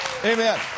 Amen